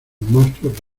monstruos